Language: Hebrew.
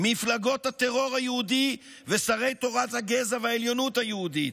מפלגות הטרור היהודי ושרי תורת הגזע והעליונות היהודית.